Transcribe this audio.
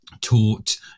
taught